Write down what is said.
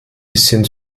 bisschen